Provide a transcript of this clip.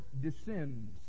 descends